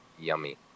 yummy